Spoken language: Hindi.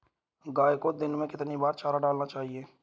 गाय को दिन में कितनी बार चारा डालना चाहिए?